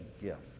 gift